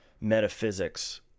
metaphysics